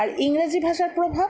আর ইংরাজি ভাষার প্রভাব